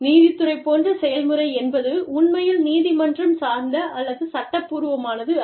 நீதித்துறை போன்ற செயல்முறை என்பது உண்மையில் நீதிமன்றம் சார்ந்த அல்லது சட்டபூர்வமானது அல்ல